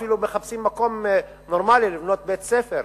אפילו מחפשים מקום נורמלי לבנות בית-ספר,